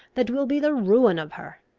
that will be the ruin of her.